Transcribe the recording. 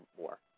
more